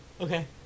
Okay